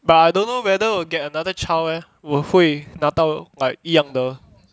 but I don't know whether will get another child eh 我会拿到 like 一样的